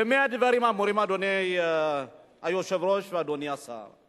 במה הדברים אמורים, אדוני היושב-ראש, אדוני השר?